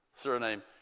surname